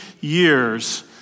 years